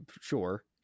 sure